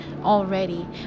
already